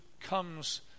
comes